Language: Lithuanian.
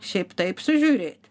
šiaip taip sužiūrėt